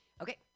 Okay